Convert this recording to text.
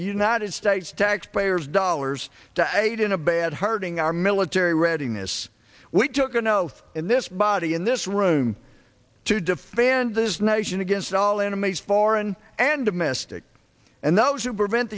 united states taxpayers dollars to eight in a bad hurting our military readiness we took an oath in this body in this room to defend this nation against all enemies foreign and domestic and those who prevent